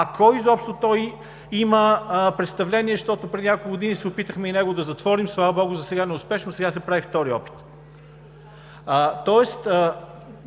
той изобщо има представление, защото преди няколко години се опитахме и него да затворим – слава Богу, засега неуспешно, сега се прави втори опит. Тук